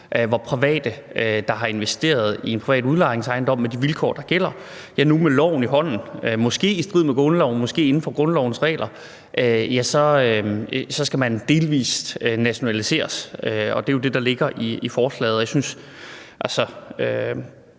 at private, der har investeret i en privat udlejningsejendom med de vilkår, der gælder, nu med loven i hånden – måske i strid med grundloven, måske inden for grundlovens regler – delvis skal nationaliseres. Det er jo det, der ligger i forslaget.